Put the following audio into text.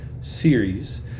series